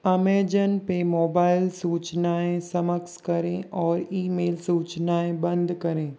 Amazon पे mobile सूचनाऐं समक्ष करें और ईमेल सूचनाऐं बंद करें